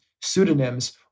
pseudonyms